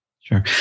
Sure